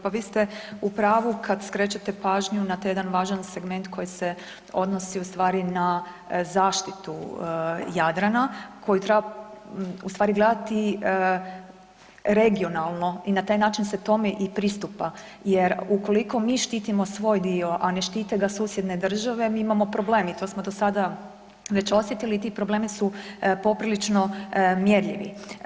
Pa vi ste u pravu kad skrećete pažnju na taj jedan važan segment koji se odnosi ustvari na zaštitu Jadrana koji treba ustvari gledati regionalno i na taj način se tome i pristupa jer ukoliko mi štitimo svoj dio a ne štite ga susjedne države, mi imamo problem i to smo do sada već osjetili i ti problemi su poprilično mjerljivi.